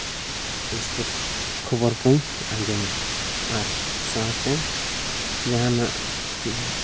sports ᱠᱷᱚᱵᱚᱨ ᱫᱚᱧ ᱟᱸᱡᱚᱢᱟ ᱟᱨ ᱥᱟᱶᱛᱮ ᱡᱟᱦᱟᱱᱟᱜ